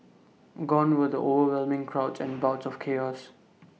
gone were the overwhelming crowds and bouts of chaos